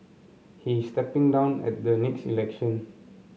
he is stepping down at the next election